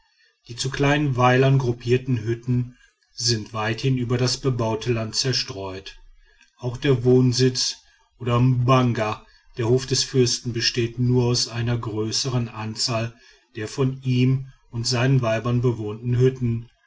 die zu kleinen weilern gruppierten hütten sind weithin über das bebaute land zerstreut auch der wohnsitz oder mbanga der hof eines fürsten besteht nur aus einer größern anzahl der von ihm und seinen weibern bewohnten hütten